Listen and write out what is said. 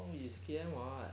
公里 is K_M [what]